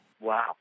Wow